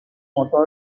motor